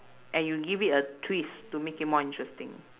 and you give it a twist to make it more interesting